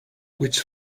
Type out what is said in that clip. which